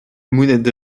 mont